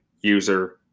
user